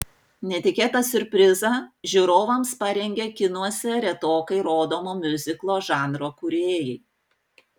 netikėtą siurprizą žiūrovams parengė kinuose retokai rodomo miuziklo žanro kūrėjai